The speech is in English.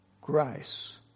grace